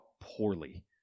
poorly